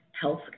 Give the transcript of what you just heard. health